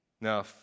Now